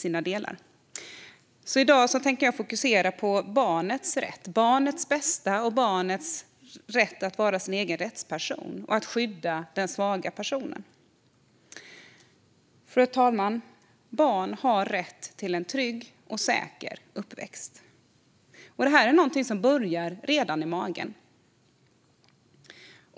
I dag tänker jag fokusera på barnets rätt, barnets bästa och barnets rätt att vara sin egen rättsperson samt på att skydda den svaga personen. Fru talman! Barn har rätt till en trygg och säker uppväxt. Detta är något som börjar redan i magen.